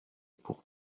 pour